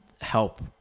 help